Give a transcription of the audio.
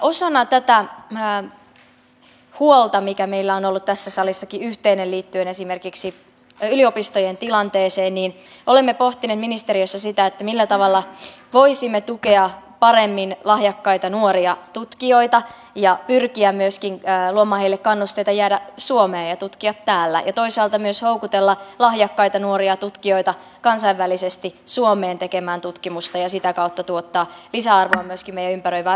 osana tätä huolta mikä meillä on ollut tässä salissakin yhteinen liittyen esimerkiksi yliopistojen tilanteeseen olemme pohtineet ministeriössä sitä millä tavalla voisimme tukea paremmin lahjakkaita nuoria tutkijoita ja pyrkiä myöskin luomaan heille kannusteita jäädä suomeen ja tutkia täällä ja toisaalta myös houkutella lahjakkaita nuoria tutkijoita kansainvälisesti suomeen tekemään tutkimusta ja sitä kautta tuottaa lisäarvoa myöskin meidän ympäröivään yhteiskuntaamme